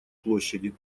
площади